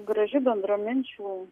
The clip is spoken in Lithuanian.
graži bendraminčių